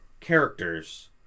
characters